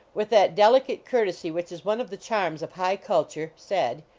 with that delicate courtesy which is one of the charms of high culture, said,